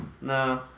No